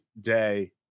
day